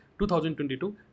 2022